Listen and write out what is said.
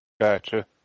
Gotcha